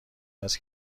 است